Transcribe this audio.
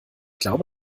glaube